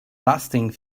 lasting